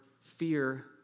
fear